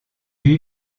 lui